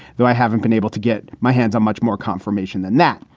though i haven't been able to get my hands on much more confirmation than that,